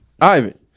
Ivan